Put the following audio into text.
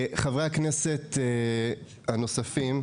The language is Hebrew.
חברי הכנסת הנוספים,